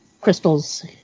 crystals